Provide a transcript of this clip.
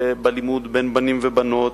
בלימוד בין בנים ובנות,